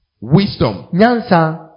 wisdom